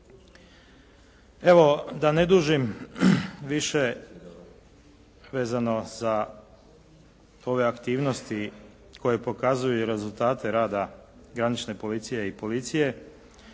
Evo da ne dužim više vezano za ove aktivnosti koje pokazuju rezultati rada granične policije i policije,